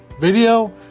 video